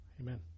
Amen